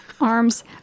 arms